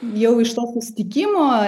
jau iš to susitikimo